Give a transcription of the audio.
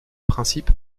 principe